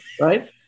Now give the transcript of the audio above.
right